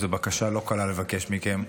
זו בקשה לא קלה לבקש מכם.